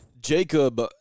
Jacob